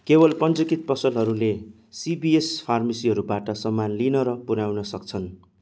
केवल पञ्जीकृत पसलहरूले सिभिएस फार्मेसीहरूबाट सामान लिन र पुऱ्याउन सक्छन्